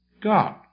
God